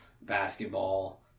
basketball